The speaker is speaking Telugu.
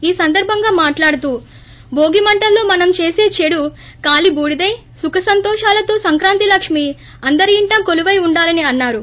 ఈ సందర్బంగా మాట్లాడుతూ భోగి మంటల్లో మనం చేసే చెడు కాలీ బూడిదై సుఖ సంతోషాలతో సంక్రాంతి లక్ష్మి అందరి ఇంట కోలుపై ఉండాలని అన్నారు